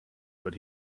but